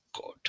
God